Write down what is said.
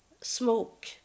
smoke